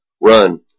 run